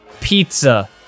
Pizza